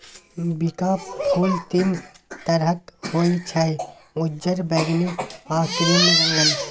बिंका फुल तीन तरहक होइ छै उज्जर, बैगनी आ क्रीम रंगक